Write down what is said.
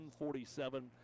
147